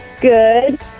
Good